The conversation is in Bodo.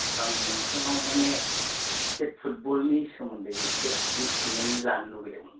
आं नोंथांनाव माने एसे फुटबलनि सोमोन्दै एसे मिथिनानै लानो लुबैदोंमोन